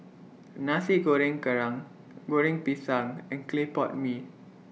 Nasi Goreng Kerang Goreng Pisang and Clay Pot Mee